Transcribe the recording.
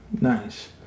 Nice